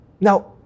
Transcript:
Now